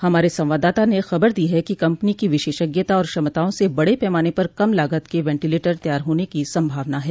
हमारे संवाददाता ने खबर दी है कि कम्पनी की विशेषज्ञता और क्षमताओं से बडे पैमाने पर कम लागत के वेंटिलेटर तैयार होने की संभावना है